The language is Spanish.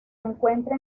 encuentra